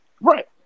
Right